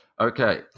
Okay